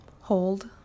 Hold